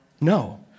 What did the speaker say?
No